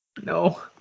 No